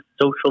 social